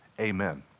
Amen